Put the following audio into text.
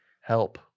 Help